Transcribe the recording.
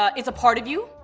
ah it's a part of you.